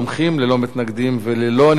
ללא מתנגדים וללא נמנעים,